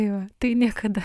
jo tai niekada